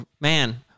man